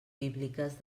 bíbliques